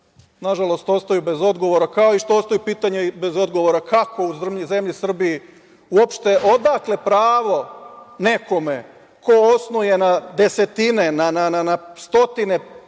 nažalost, ostaju bez odgovora, kao što ostaju i pitanja bez odgovora kako u zemlji Srbiji uopšte, odakle pravo nekome ko osnuje na desetine, na stotine